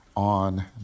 On